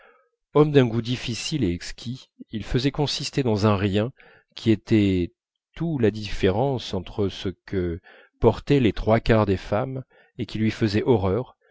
homme d'un goût difficile et exquis il faisait consister dans un rien qui était tout la différence entre ce que portaient les trois quarts des femmes et qui lui faisait horreur